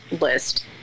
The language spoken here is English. list